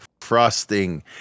frosting